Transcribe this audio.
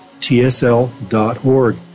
tsl.org